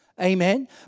Amen